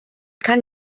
kann